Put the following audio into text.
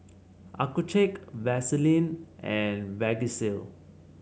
Accucheck Vaselin and Vagisil